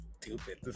stupid